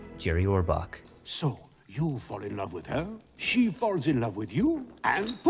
jerry orbach. so, you fall in love with her, she falls in love with you, and poof!